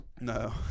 No